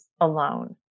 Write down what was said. alone